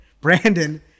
Brandon